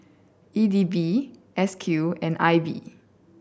E D B S Q and I B